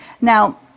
Now